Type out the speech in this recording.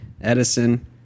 Edison